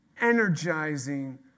energizing